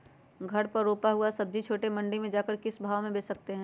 घर पर रूपा हुआ सब्जी छोटे मंडी में जाकर हम किस भाव में भेज सकते हैं?